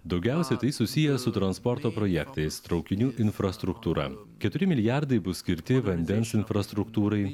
daugiausiai tai susiję su transporto projektais traukinių infrastruktūra keturi milijardai bus skirti vandens infrastruktūrai